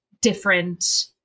different